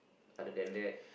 other than that